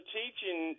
teaching